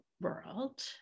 world